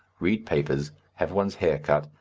read papers, have one's hair cut,